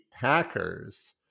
hackers